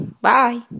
Bye